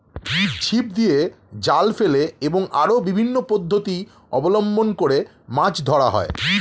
ছিপ দিয়ে, জাল ফেলে এবং আরো বিভিন্ন পদ্ধতি অবলম্বন করে মাছ ধরা হয়